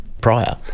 prior